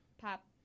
pop